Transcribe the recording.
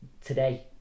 today